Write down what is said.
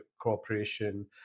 cooperation